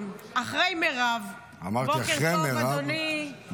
טוב, אדוני.